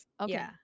Okay